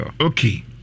Okay